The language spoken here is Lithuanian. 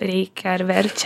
reikia ar verčia